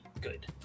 good